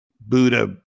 Buddha